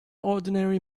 ordinary